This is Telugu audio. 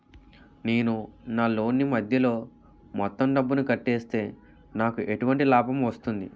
నేను నా లోన్ నీ మధ్యలో మొత్తం డబ్బును కట్టేస్తే నాకు ఎటువంటి లాభం వస్తుంది?